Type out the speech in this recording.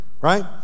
right